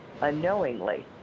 unknowingly